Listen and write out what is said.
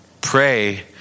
pray